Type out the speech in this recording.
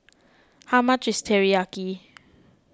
how much is Teriyaki